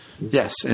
Yes